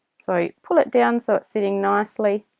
so pull it down so it's sitting nicely